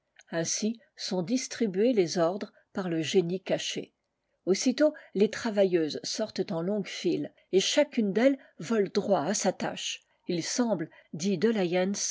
ainsi sont distrit les ordres par le génie caché aussitôt travailleuses sortent en longues files et chacune d elles vole droit à sa tâche il semble dit de